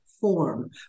form